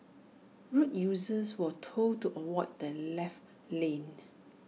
road users were told to avoid the left lane